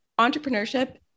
entrepreneurship